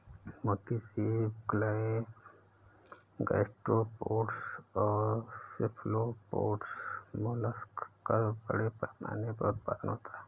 मोती सीप, clam, gastropods और सेफलोपोड्स मोलस्क का बड़े पैमाने पर उत्पादन होता है